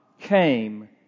came